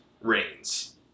Reigns